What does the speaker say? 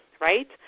right